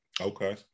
Okay